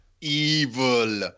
evil